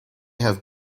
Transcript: have